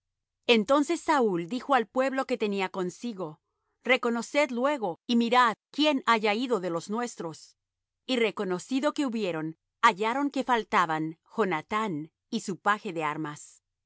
entonces saúl dijo al pueblo que tenía consigo reconoced luego y mirad quién haya ido de los nuestros y reconocido que hubieron hallaron que faltaban jonathán y su paje de armas